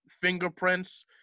fingerprints